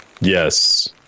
Yes